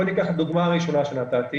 בוא ניקח את הדוגמה הראשונה שנתתי,